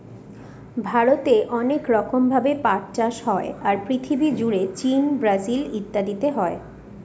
ভারতে অনেক রকম ভাবে পাট চাষ হয়, আর পৃথিবী জুড়ে চীন, ব্রাজিল ইত্যাদিতে হয়